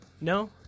No